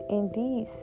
indeed